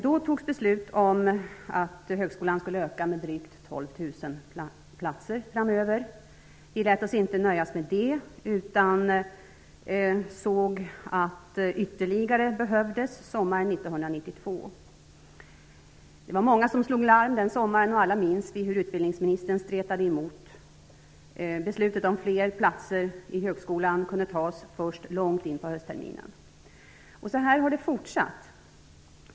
Då fattades det beslut om att högskolan skulle få drygt 12 000 nya platser framöver. Vi lät oss inte nöja oss med det, utan vi såg att ytterligare platser behövdes. Många slog larm sommaren 1992. Alla minns vi hur utbildningsministern stretade emot. Beslutet om fler platser i högskolan kunde fattas först långt in på höstterminen. Så här har det fortsatt.